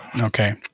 Okay